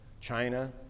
China